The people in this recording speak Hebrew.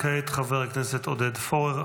כעת חבר הכנסת עודד פורר.